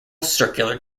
circular